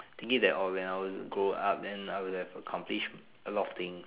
thinking that uh when I was to grow up then I would have accomplish a lot of things